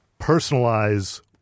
personalize